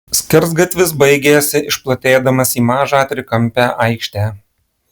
skersgatvis baigėsi išplatėdamas į mažą trikampę aikštę